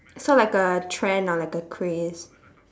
so like a trend or like a craze